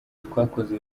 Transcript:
twakoze